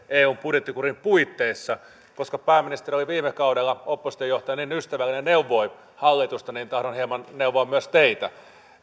eun budjettikurin puitteissa koska pääministeri oli viime kaudella oppositiojohtajana niin ystävällinen että neuvoi hallitusta niin tahdon hieman neuvoa myös teitä